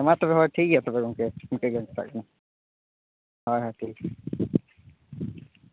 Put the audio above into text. ᱢᱟ ᱛᱚᱵᱮ ᱦᱳᱭ ᱴᱷᱤᱠ ᱜᱮᱭᱟ ᱛᱚᱵᱮ ᱜᱚᱢᱠᱮ ᱤᱱᱠᱟᱹᱜᱮ ᱠᱟᱛᱷᱟ ᱠᱟᱱᱟ ᱦᱳᱭ ᱦᱳᱭ ᱴᱷᱤᱠ ᱴᱷᱤᱠ